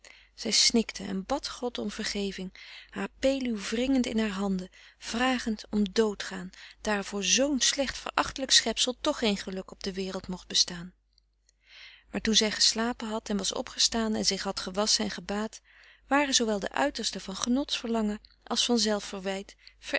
zij snikte en bad god om vergeving haar peluw wringend in haar handen vragend om doodgaan daar er voor zoo'n slecht verachtelijk schepsel toch geen geluk op de wereld mocht bestaan maar toen zij geslapen had en was opgestaan en zich had gewasschen en gebaad waren zoowel de uitersten van genots verlangen als van